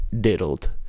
diddled